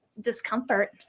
discomfort